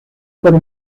por